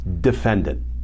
Defendant